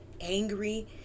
angry